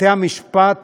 בתי-המשפט